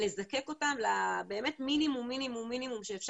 לזקק אותם באמת למינימום שאפשר.